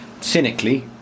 cynically